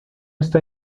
está